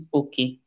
okay